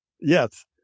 Yes